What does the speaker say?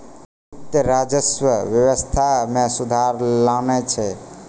वित्त, राजस्व व्यवस्था मे सुधार लानै छै